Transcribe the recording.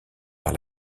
par